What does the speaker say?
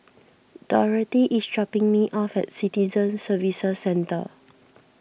Dorothy is dropping me off at Citizen Services Centre